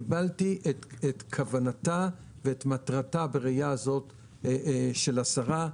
קיבלתי את כוונתה ואת מטרתה בראייה הזאת של השרה.